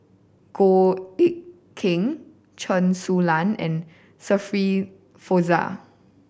Goh Eck Kheng Chen Su Lan and Shirin Fozdar